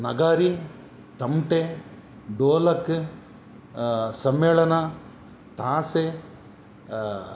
ನಗಾರಿ ತಮಟೆ ಡೋಲಕ್ ಸಮ್ಮೇಳನ ತಾಸೆ